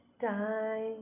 Time